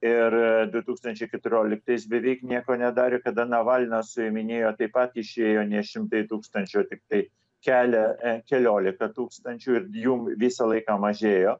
ir du tūkstančiai keturioliktais beveik nieko nedarė kada navalną suiminėjo taip pat išėjo ne šimtai tūkstančių o tiktai kelia keliolika tūkstančių ir jų visą laiką mažėjo